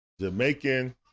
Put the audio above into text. Jamaican